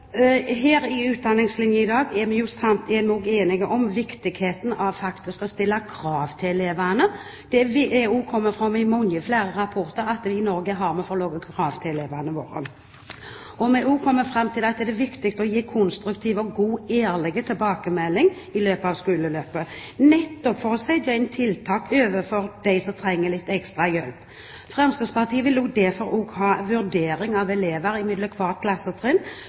I Utdanningslinja er vi i dag enige om viktigheten av faktisk å stille krav til elevene. Det har kommet fram i mange flere rapporter at vi i Norge stiller for små krav til elevene våre. Vi har også kommet fram til at det er viktig å gi konstruktiv og god – og ærlig – tilbakemelding i løpet av skoleløpet, nettopp for å sette inn tiltak overfor dem som trenger litt ekstra hjelp. Fremskrittspartiet vil derfor også ha vurdering av